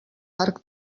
arc